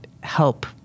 help